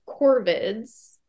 corvids